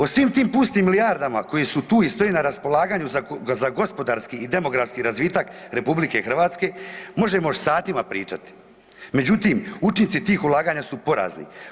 O svim tim pustim milijardama koje su tu i stoje na raspolaganju za gospodarski i demografski razvitak RH, možemo još satima pričati, međutim, učinci tih ulaganja su porazni.